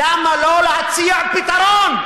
למה לא להציע פתרון?